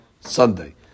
Sunday